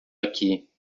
aqui